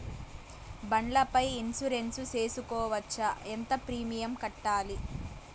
బండ్ల పై ఇన్సూరెన్సు సేసుకోవచ్చా? ఎంత ప్రీమియం కట్టాలి?